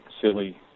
silly